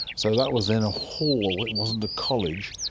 so that was then a hall, it wasn't a college,